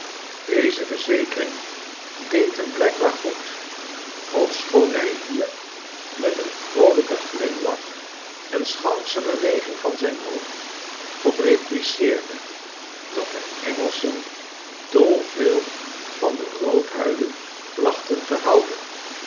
deze verzekering deed hem blijkbaar goed ofschoon hij hier met een vroolijken glimlach en schalksche beweging van zijn hoofd op repliceerde dat de engelschen dol veel van de roodhuiden plachten te houden